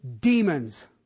demons